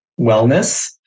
wellness